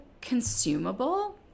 consumable